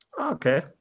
Okay